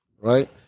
right